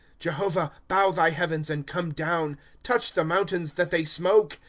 jehovah, bow thy heavens, and come down touch the mountains, that they smoke.